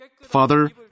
Father